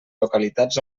localitats